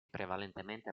prevalentemente